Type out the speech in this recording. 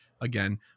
again